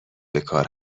بکار